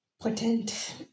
Potent